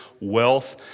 wealth